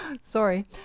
sorry